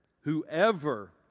whoever